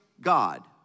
God